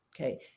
Okay